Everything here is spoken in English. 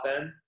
end